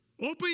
Open